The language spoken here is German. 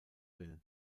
will